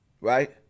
right